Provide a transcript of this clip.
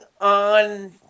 on